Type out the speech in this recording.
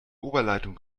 oberleitung